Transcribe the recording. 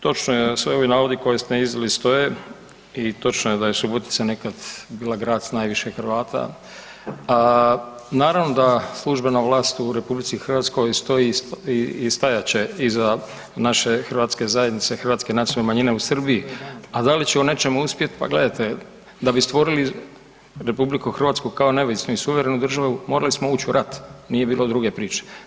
Točno je, sve ovi navodi koje ste iznijeli stoje i točno je da je Subotica nekad bila grad s najviše Hrvata, a naravno da službena vlast u RH stoji i stajat će iza naše hrvatske zajednice, hrvatske nacionalne manjine u Srbiji, a da li će u nečemu uspjeti, a gledajte, da bi stvorili RH kao neovisnu i suverenu državu, morali smo ući u rat, nije bilo druge priče.